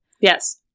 Yes